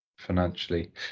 financially